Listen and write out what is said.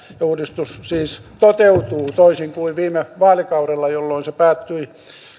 uudistus siis toteutuu toisin kuin viime vaalikaudella jolloin se päättyi